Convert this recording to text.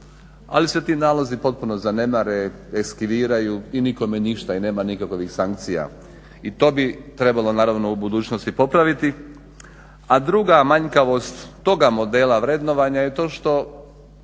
ali se ti nalozi potpuno zanemare, eskiviraju i nikome ništa i nema nikakvih sankcija i to bi trebalo naravno u budućnosti popraviti. A druga manjkavost toga modela vrednovanja je to što